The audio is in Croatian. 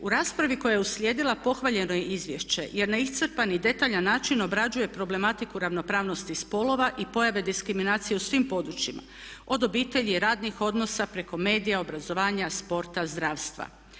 U raspravi koja je uslijedila pohvaljeno je izvješće jer na iscrpan i detaljan način obrađuje problematiku ravnopravnosti spolova i pojave diskriminacije u svim područjima od obitelji, radnih odnosa preko medija, obrazovanja, sporta, zdravstva.